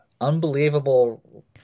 unbelievable